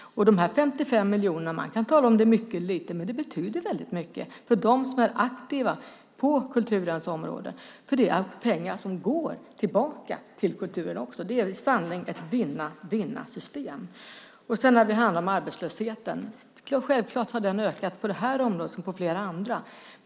De 55 miljonerna - man kan diskutera om det är mycket eller lite - betyder väldigt mycket för dem som är aktiva på kulturens område. Det är pengar som går tillbaka till kulturen. Det är i sanning ett vinna-vinna-system. Arbetslösheten har självklart ökat på det här området som på flera andra.